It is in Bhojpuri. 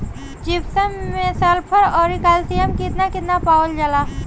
जिप्सम मैं सल्फर औरी कैलशियम कितना कितना पावल जाला?